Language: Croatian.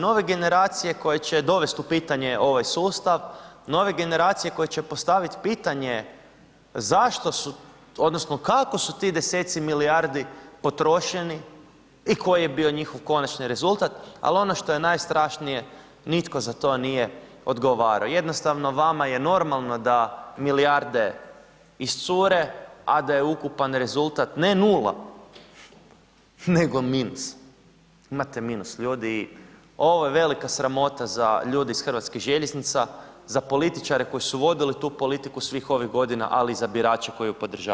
Nove generacije koje će dovesti u pitanje ovaj sustav, nove generacije koje će postavit pitanje zašto su odnosno kako su ti deseci milijardi potrošeni i koji je bio njihov konačni rezultat, al ono što je najstrašnije nitko za to nije odgovarao, jednostavno vama je normalno da milijarde iscure, a da je ukupan rezultat ne nula nego minus, imate minus ljudi ovo je velika sramota za ljude iz hrvatskih željeznica, za političare koji su vodili tu politiku svih ovih godina, ali i za birače koji ju podržavaju.